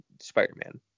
Spider-Man